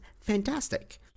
fantastic